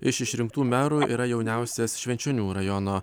iš išrinktų merų yra jauniausias švenčionių rajono